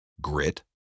grit